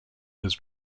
his